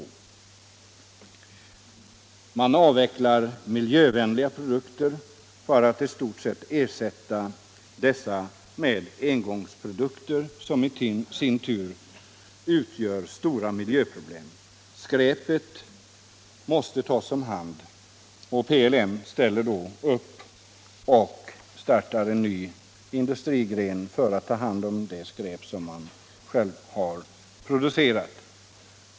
Man avvecklar en miljövänlig produkt för att i stort sett ersätta denna med engångsprodukter, som i sin tur medför stora miljöproblem. Skräpet måste tas om hand. PLM ställer då upp och startar en ny industrigren för att ta hand om det skräp som man själv har producerat.